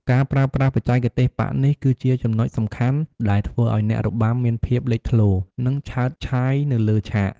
ការប្រើប្រាស់បច្ចេកទេសប៉ាក់នេះ គឺជាចំណុចសំខាន់ដែលធ្វើឱ្យអ្នករបាំមានភាពលេចធ្លោ និងឆើតឆាយនៅលើឆាក។